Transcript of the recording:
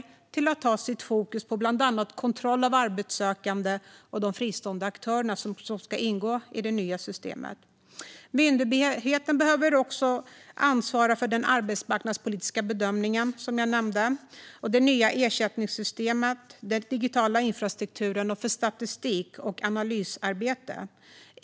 Myndigheten ska ha sitt fokus på bland annat kontroll av arbetssökande och de fristående aktörer som ska ingå i det nya systemet. Myndigheten behöver också ansvara för den arbetsmarknadspolitiska bedömningen, som jag nämnde, för det nya ersättningssystemet, för den digitala infrastrukturen och för statistik och analysarbete.